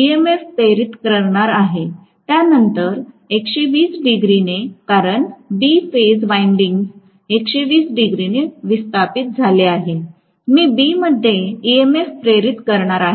EMF प्रेरित करणार आहे त्यानंतर 120 डिग्री ने कारण बी फेज वाईन्डिन्ग 120 डिग्री नी विस्थापित झाले आहे मी B मध्ये ईएमएफ प्रेरित करणार आहे